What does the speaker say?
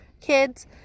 kids